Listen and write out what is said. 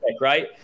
right